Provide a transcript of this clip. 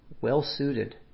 well-suited